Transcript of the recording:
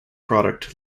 product